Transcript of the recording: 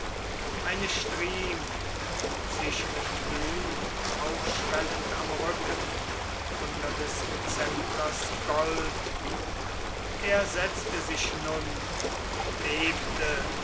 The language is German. eine striem erhub sich mit blut aufschwellend am rücken unter des scepters gold er setzte sich nun und bebte